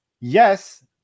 yes